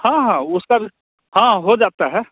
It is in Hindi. हाँ हाँ उसका भी हाँ हो जाता है